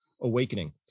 awakening